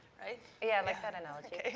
right? yeah. i like that analogy.